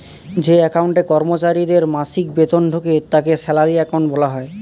যে অ্যাকাউন্টে কর্মচারীদের মাসিক বেতন ঢোকে তাকে স্যালারি অ্যাকাউন্ট বলা হয়